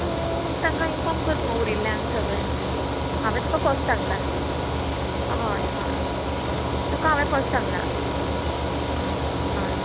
तूं तांकां इनफोर्म कर मुगो उरिल्ल्यांक सगळ्यांक हांवें तुका फर्स्ट सांगलां हय हय तुका हांवें फस्ट सांगला हं हय